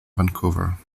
vancouver